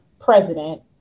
president